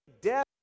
death